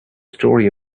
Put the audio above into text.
story